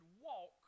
walk